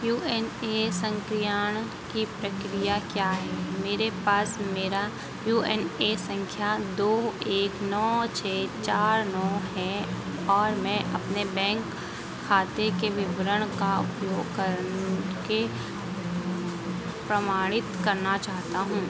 you A N सन्क्रियण की प्रक्रिया क्या है मेरे पास मेरा यू ए एन सँख्या दो एक नौ छह चार नौ है और मैं अपने बैंक खाते के विवरण का उपयोग करन के प्रमाणित करना चाहता हूँ